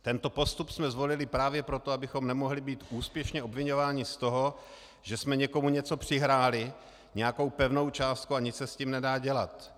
Tento postup jsme zvolili právě proto, abychom nemohli být úspěšně obviňování z toho, že jsme někomu něco přihráli, nějakou pevnou částku a nic se s tím nedá dělat.